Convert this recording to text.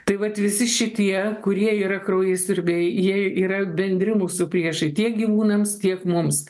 tai vat visi šitie kurie yra kraujasiurbiai jie yra bendri mūsų priešai tiek gyvūnams tiek mums